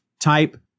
type